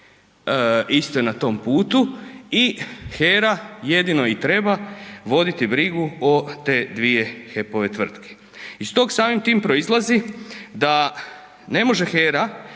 isto je na tom putu i HERA jedino i treba voditi brigu o te dvije HEP-ove tvrtke. Iz tog samim tim proizlazi da ne može HERA